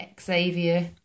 Xavier